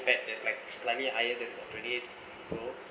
there's like slightly higher than twenty eight so